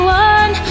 one